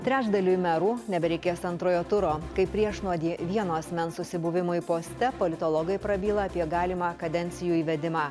trečdaliui merų nebereikės antrojo turo kaip priešnuodį vieno asmens susibuvimui poste politologai prabyla apie galimą kadencijų įvedimą